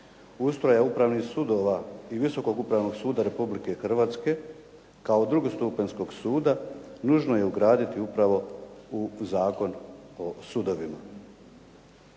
ustroja upravnih sudova i Visokog upravnog suda Republike Hrvatske kao drugostupanjskog suda, nužno je ugraditi upravo u Zakon o sudovima.